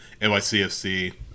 NYCFC